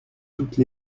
toutes